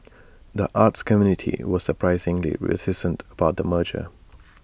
the arts community was surprisingly reticent about the merger